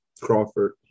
Crawford